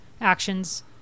actions